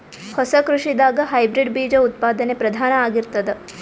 ಹೊಸ ಕೃಷಿದಾಗ ಹೈಬ್ರಿಡ್ ಬೀಜ ಉತ್ಪಾದನೆ ಪ್ರಧಾನ ಆಗಿರತದ